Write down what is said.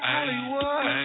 Hollywood